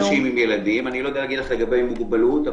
אני לא יודע לומר לגבי מוגבלות.